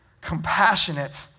compassionate